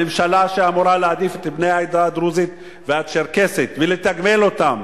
הממשלה שאמורה להעדיף את בני העדה הדרוזית והצ'רקסית ולתגמל אותם